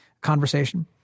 conversation